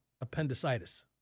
appendicitis